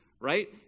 right